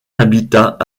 habitat